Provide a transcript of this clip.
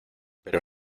pero